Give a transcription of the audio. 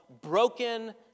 broken